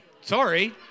sorry